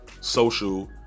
social